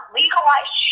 legalize